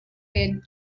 fed